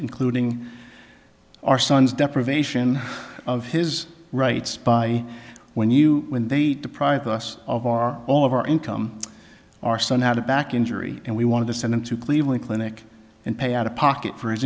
including our son's deprivation of his rights by when you when they deprived us of our all of our income our son had a back injury and we wanted to send him to cleveland clinic and pay out of pocket for his